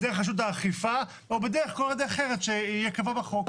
דרך רשות האכיפה או בכל דרך אחרת שתיקבע בחוק.